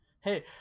Hey